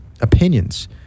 opinions